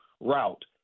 route